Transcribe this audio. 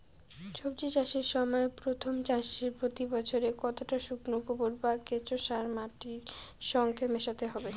সবজি চাষের সময় প্রথম চাষে প্রতি একরে কতটা শুকনো গোবর বা কেঁচো সার মাটির সঙ্গে মেশাতে হবে?